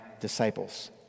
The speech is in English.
disciples